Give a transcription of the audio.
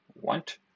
want